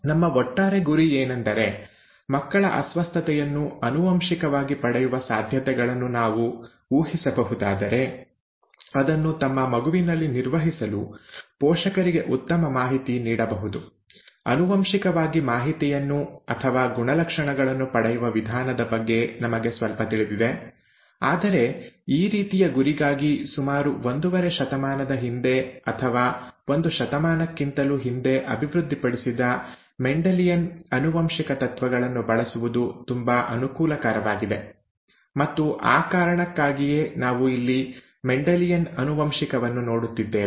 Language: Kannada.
ನಮ್ಮ ಒಟ್ಟಾರೆ ಗುರಿ ಏನೆಂದರೆ ಮಕ್ಕಳ ಅಸ್ವಸ್ಥತೆಯನ್ನು ಆನುವಂಶಿಕವಾಗಿ ಪಡೆಯುವ ಸಾಧ್ಯತೆಗಳನ್ನು ನಾವು ಊಹಿಸಬಹುದಾದರೆ ಅದನ್ನು ತಮ್ಮ ಮಗುವಿನಲ್ಲಿ ನಿರ್ವಹಿಸಲು ಪೋಷಕರಿಗೆ ಉತ್ತಮ ಮಾಹಿತಿ ನೀಡಬಹುದು ಆನುವಂಶಿಕವಾಗಿ ಮಾಹಿತಿಯನ್ನು ಅಥವಾ ಗುಣಲಕ್ಷಣಗಳನ್ನು ಪಡೆಯುವ ವಿಧಾನದ ಬಗ್ಗೆ ನಮಗೆ ಸ್ವಲ್ಪ ತಿಳಿದಿದೆ ಆದರೆ ಈ ರೀತಿಯ ಗುರಿಗಾಗಿ ಸುಮಾರು ಒಂದೂವರೆ ಶತಮಾನದ ಹಿಂದೆ ಅಥವಾ ಒಂದು ಶತಮಾನಕ್ಕಿಂತಲೂ ಹಿಂದೆ ಅಭಿವೃದ್ಧಿಪಡಿಸಿದ ಮೆಂಡೆಲಿಯನ್ ಆನುವಂಶಿಕ ತತ್ವಗಳನ್ನು ಬಳಸುವುದು ತುಂಬಾ ಅನುಕೂಲಕರವಾಗಿದೆ ಮತ್ತು ಆ ಕಾರಣಕ್ಕಾಗಿಯೇ ನಾವು ಇಲ್ಲಿ ಮೆಂಡೆಲಿಯನ್ ಆನುವಂಶಿಕವನ್ನು ನೋಡುತ್ತಿದ್ದೇವೆ